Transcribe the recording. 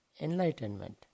enlightenment